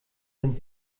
sind